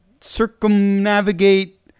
circumnavigate